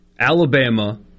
Alabama